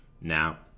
now